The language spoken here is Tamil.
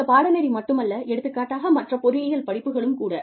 இந்த பாடநெறி மட்டுமல்ல எடுத்துக்காட்டாக மற்ற பொறியியல் படிப்புகளும் கூட